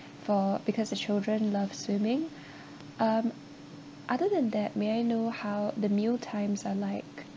for because the children love swimming um other than that may I know how the meal times are like